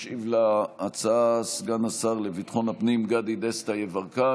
ישיב על ההצעה סגן השר לביטחון הפנים גדי דסטה יברקן.